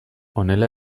honela